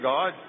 God